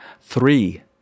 three